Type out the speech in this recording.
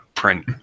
print